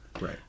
Right